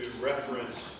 reference